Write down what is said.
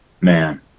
Man